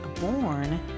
born